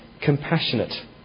compassionate